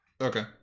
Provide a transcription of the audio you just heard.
Okay